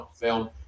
film